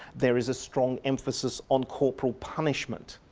there is a strong emphasis on corporal punishment.